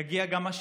יגיע גם השקט,